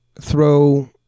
throw